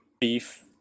beef